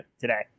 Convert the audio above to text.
today